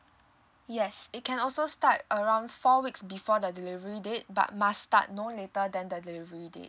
yes it can also start around four weeks before the delivery date but must start no later than the delivery date